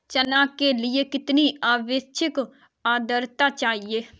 चना के लिए कितनी आपेक्षिक आद्रता चाहिए?